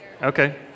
Okay